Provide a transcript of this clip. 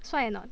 帅 or not